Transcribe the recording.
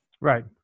Right